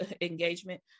engagement